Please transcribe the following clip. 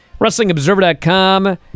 WrestlingObserver.com